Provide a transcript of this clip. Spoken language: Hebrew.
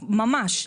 ממש.